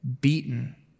beaten